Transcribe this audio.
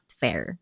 fair